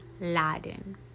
Laden